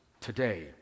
today